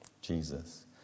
Jesus